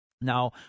Now